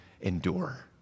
endure